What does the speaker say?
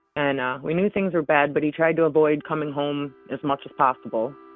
and we knew things were bad, but he tried to avoid coming home as much as possible.